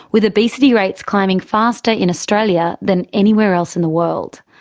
with obesity rates climbing faster in australia than anywhere else in the world.